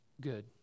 good